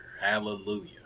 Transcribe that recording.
Hallelujah